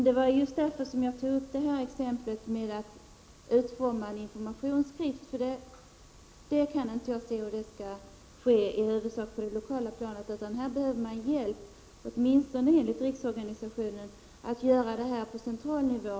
Det var just därför som jag tog upp exemplet med att utforma en informationsskrift. Jag kan inte se hur en sådan uppgift i huvudsak skulle kunna utföras på det lokala planet. Här behöver man hjälp, åtminstone enligt riksorganisationen, med att göra den på central nivå.